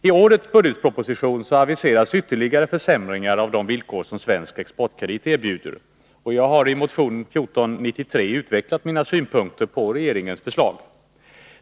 I årets budgetproposition aviseras ytterligare försämringar av de villkor som svensk exportkredit erbjuder. Jag har i motion nr 1493 utvecklat mina synpunkter på regeringens förslag.